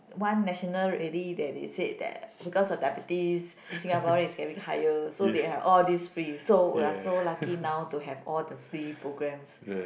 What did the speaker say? one national rally that they say that because of diabetes Singaporeans is getting higher so they have all this free so we are so lucky now to have all the free programs